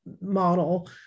model